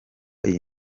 iyi